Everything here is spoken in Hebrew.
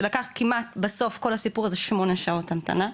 לקח כמעט בסוף כל הסיפור איזה 8 שעות המתנה.